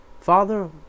Father